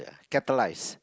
catalyse